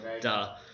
Duh